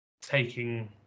taking